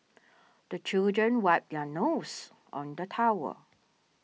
the children wipe their noses on the towel